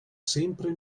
sempre